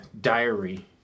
diary